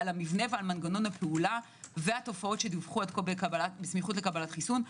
על המבנה ועל מנגנון הפעולה והתופעות שדווחו עד כה בסמיכות לקבלת חיסון,